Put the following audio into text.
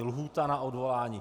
Lhůta na odvolání?